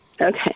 Okay